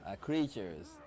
creatures